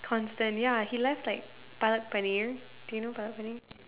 constant ya he left like Palak-Paneer do you know Palak-Paneer